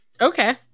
Okay